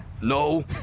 no